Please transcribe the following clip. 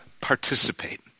participate